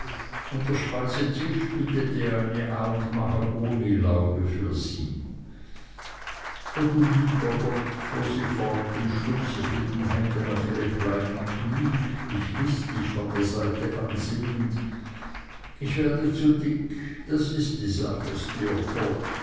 und der speisetisch bildete eine art mahagonilaube für sie o du lieber gott fuhr sie fort und schlug sich mit den händen auf ihre kleinen kniee mich listig von der seite ansehend ich werde zu dick das ist die sache